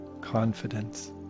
confidence